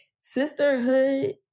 Sisterhood